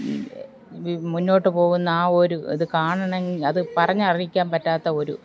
മുന്നോട്ട് പോകുന്ന ആ ഒരു ഇത് കാണണം അത് പറഞ്ഞ് അറിയിക്കാൻ പറ്റാത്ത ഒരു